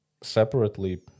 separately